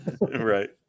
right